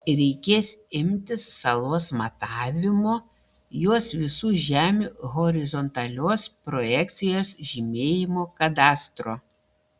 reikės imtis salos matavimo jos visų žemių horizontalios projekcijos žymėjimo kadastro